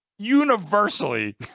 universally